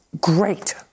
great